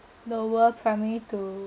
lower primary to